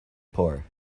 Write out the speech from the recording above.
poor